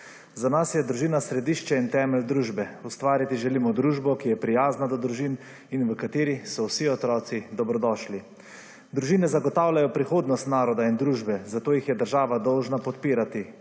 Za nas je družina središče in temelj družbe. Ustvariti želimo družbo, ki je prijazna do družin in v kateri so vsi otroci dobrodošli. Družine zagotavljajo prihodnost naroda in družbe, zato jih je država dolžna podpirati.